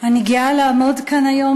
אני גאה לעמוד כאן היום